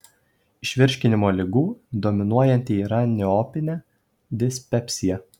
iš virškinimo ligų dominuojanti yra neopinė dispepsija